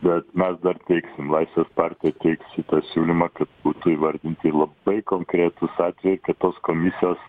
bet mes dar teiksim laisvės partija teiks šitą siūlymą kad būtų įvardinti labai konkretūs atvejai kad tos komisijos